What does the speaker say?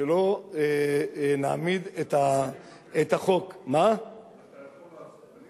שלא נעמיד את החוק, אתה יכול לעשות.